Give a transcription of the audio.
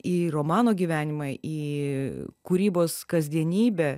į romano gyvenimą į kūrybos kasdienybę